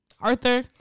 Arthur